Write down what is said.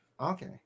Okay